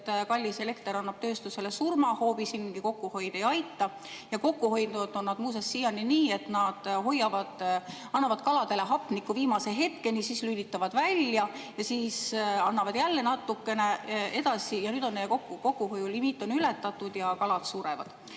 et kallis elekter annab tööstusele surmahoobi, siin mingi kokkuhoid ei aita. Ja kokku hoidnud on nad muuseas siiani nii, et annavad kaladele hapnikku viimase hetkeni, siis lülitavad välja ja seejärel annavad jälle natukene. Ja nüüd on neil kokkuhoiulimiit ületatud, kalad surevad.